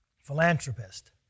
Philanthropist